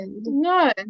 No